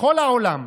בכל העולם.